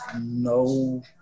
no